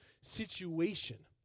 situation